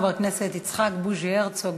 חבר הכנסת יצחק בוז'י הרצוג,